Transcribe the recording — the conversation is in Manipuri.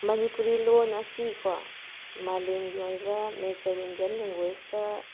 ꯃꯅꯤꯄꯨꯔꯤ ꯂꯣꯟ ꯑꯁꯤ ꯀꯣ ꯃꯥꯂꯦꯝꯒꯤ ꯑꯣꯏꯕ ꯃꯦꯖꯔ ꯏꯟꯗꯤꯌꯥꯟ ꯂꯦꯡꯒ꯭ꯋꯦꯁꯇ